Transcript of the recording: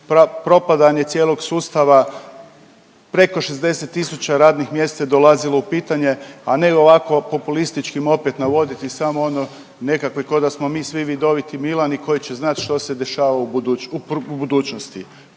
propadanje cijelog sustava, preko 60 tisuća radnim mjesta je dolazilo u pitanje, a ne ovako populističkim opet navoditi samo ono nekakve ko da smo mi svi vidoviti Milani koji će znat što se dešava u budućnosti.